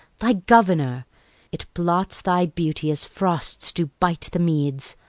thy governor it blots thy beauty as frosts do bite the meads,